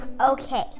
Okay